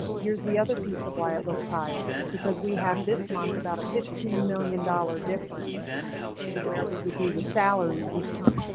here's the other piece of why it looks higher because we have this month about a fifteen million dollars difference in where we would be with salaries this time.